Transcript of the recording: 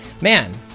Man